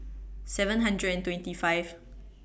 seven hundred and twenty five